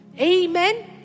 Amen